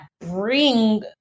bring